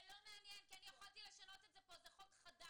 זה לא מעניין כי אני יכולתי לשנות את זה זה חוק חדש.